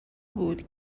بود